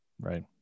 Right